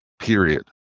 Period